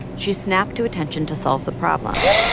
she snapped to attention to solve the problem.